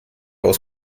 aus